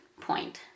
point